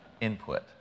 input